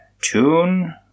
Tune